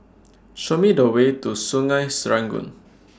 Show Me The Way to Sungei Serangoon